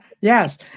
Yes